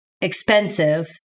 expensive